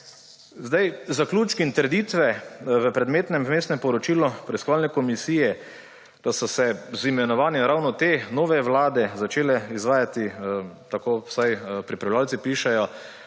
Zaključki in trditve v predmetnem Vmesnem poročilu preiskovalne komisije, da so se z imenovanjem ravno te nove vlade začele izvajati – tako vsaj pripravljavci pišejo